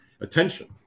attention